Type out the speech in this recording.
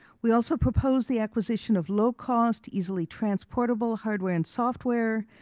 we also proposed the acquisition of low cost, easily transportable hardware and software,